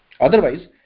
Otherwise